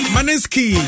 Maneski